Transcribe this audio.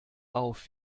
auf